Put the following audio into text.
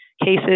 cases